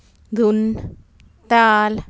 ਧੁਨ ਤਾਲ